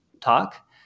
talk